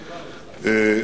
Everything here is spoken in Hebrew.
זה חתום כבר?